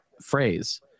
phrase